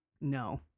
no